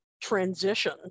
transition